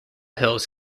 hills